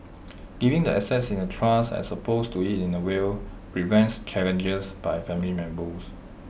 giving the assets in A trust as opposed to in A will prevents challenges by family members